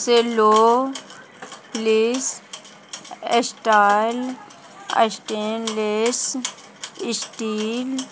cello please style stainless steel